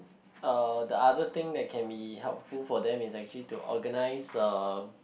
uh the other thing that can be helpful for them is actually to organise a